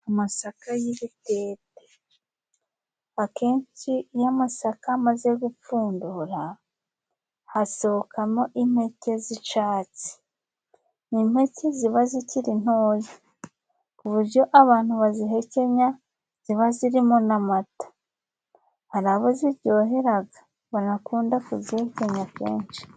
Amasaka y'ibitete : Akenshi iyo amasaka amaze gupfundura hasohokamo impeke z'icatsi, ni impeke ziba zikiri ntoya ku buryo abantu bazihekenya ziba zirimo n'amata. Hari abo ziryoheraga bagakunda kuzihekenya kenshi.